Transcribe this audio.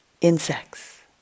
Insects